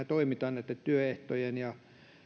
toimitaan työehtojen ja